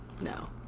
no